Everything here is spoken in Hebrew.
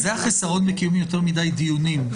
זה החיסרון בקיום יותר מדי דיונים.